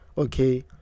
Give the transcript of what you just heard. Okay